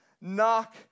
Knock